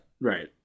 right